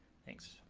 thanks.